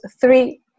three